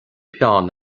peann